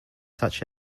such